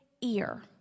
ear